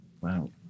Wow